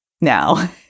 Now